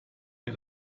mir